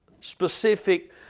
specific